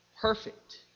Perfect